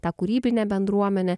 tą kūrybinę bendruomenę